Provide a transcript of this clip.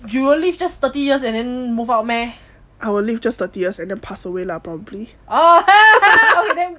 you will live just thirty years and then move out meh